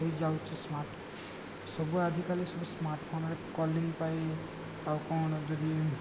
ହେଇଯାଉଛି ସ୍ମାର୍ଟ ସବୁ ଆଜିକାଲି ସବୁ ସ୍ମାର୍ଟ ଫୋନରେ କଲିଙ୍ଗ ପାଇଁ ଆଉ କ'ଣ ଯଦି